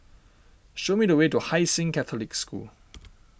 show me the way to Hai Sing Catholic School